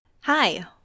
Hi